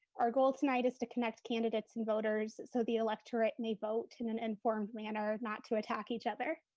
our goal tonight is to connect candidates and voters so the electorate may vote in an informed manner, not to attack each other.